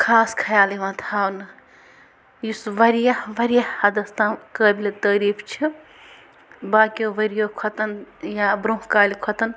خاص خیال یِوان تھاونہٕ یُس واریاہ واریاہ حَدس تام قٲبلہِ تعٲریٖف چھِ باقِیو ؤرِیو کھۄتَن یا برٛۄنٛہہ کالہِ کھۄتَن